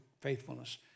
faithfulness